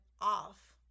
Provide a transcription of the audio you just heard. off